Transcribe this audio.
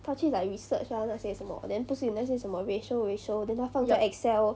她去 like research ah 那些什么 then 不是有那些什么 ratio ratio then 她放在 excel